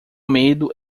medo